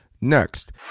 Next